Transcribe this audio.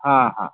हा हा